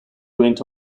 went